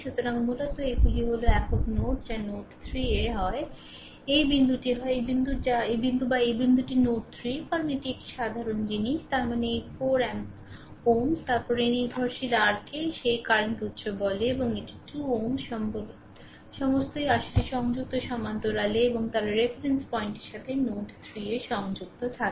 সুতরাং মূলত এগুলি হল একক নোড যা নোড 3 হয় এই বিন্দুটি হয় এই বিন্দু বা এই বিন্দু বা এই বিন্দুটি নোড 3 কারণ এটি একটি সাধারণ জিনিস তার মানে এই 4 Ω তারপরে এই নির্ভরশীল r কে সেই কারেন্ট উৎস বলে এবং এটি 2 Ω সমস্তই আসলে সংযুক্ত সমান্তরালে এবং তারা রেফারেন্স পয়েন্টের সাথে নোড 3 এ সংযুক্ত থাকে